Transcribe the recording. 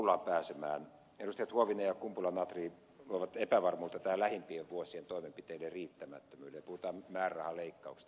edustajat huovinen ja kumpula natri luovat epävarmuutta tähän lähimpien vuosien toimenpiteiden riittämättömyyteen liittyen puhutaan määrärahaleikkauksista ja muista